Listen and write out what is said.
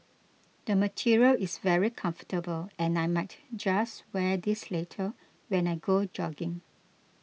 the material is very comfortable and I might just wear this later when I go jogging